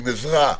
עם עזרה,